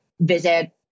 visit